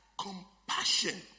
compassion